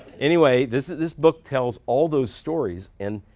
anyway, this this book tells all those stories. and